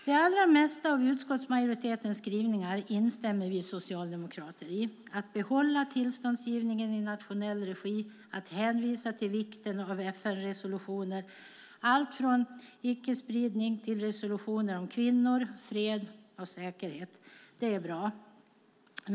Det allra mesta av utskottsmajoritetens skrivningar instämmer vi socialdemokrater i: att behålla tillståndsgivningen i nationell regi, att hänvisa till vikten av FN-resolutioner om allt från icke-spridning till kvinnor, fred och säkerhet. Det är bra.